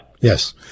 Yes